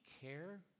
care